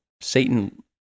Satan